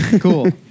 Cool